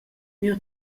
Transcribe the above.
miu